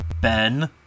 Ben